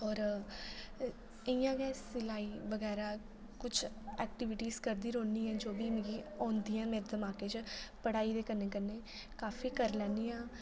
होर इ'यां गै सिलाई बगैरा कुछ एक्टीविटीज करदी रौह्नी ऐ जो बी मिगी औंदियां मेरे दमाकै च पढ़ाई दे कन्नै कन्नै काफी करी लैनी आं